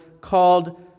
called